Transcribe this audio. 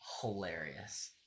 hilarious